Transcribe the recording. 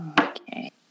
Okay